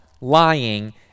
lying